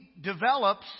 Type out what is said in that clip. develops